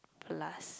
plus